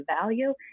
value